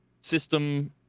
system